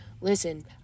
Listen